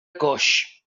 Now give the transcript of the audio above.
coix